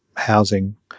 housing